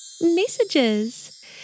messages